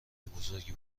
بزرگی